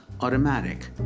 automatic